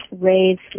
raised